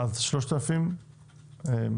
כאשר הרכב החונה חוסם את המקום, אנחנו